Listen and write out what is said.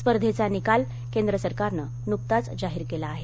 स्पर्धेचा निकाल केंद्र सरकारनं नुकताच जाहीर केला आहे